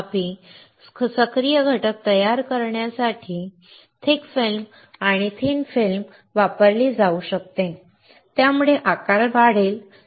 तथापि सक्रिय घटक तयार करण्यासाठी थिक फिल्म आणि थिन फिल्म वापरली जाऊ शकते आणि यामुळे आकार वाढेल